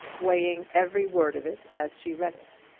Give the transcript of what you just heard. weighing every word of it as she read it.